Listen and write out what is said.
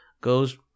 goes